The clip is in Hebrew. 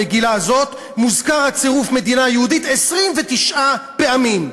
במגילה הזאת מוזכר הצירוף "מדינה יהודית" 29 פעמים,